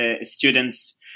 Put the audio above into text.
students